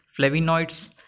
flavonoids